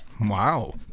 Wow